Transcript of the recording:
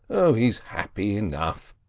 oh, he's happy enough,